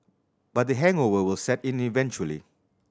but the hangover will set in eventually